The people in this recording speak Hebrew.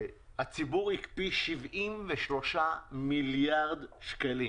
הציבור הקפיא 73 מיליארד שקלים